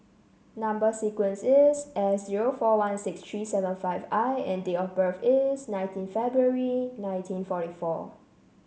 number sequence is S zero four one six three seven five I and date of birth is nineteen February nineteen forty four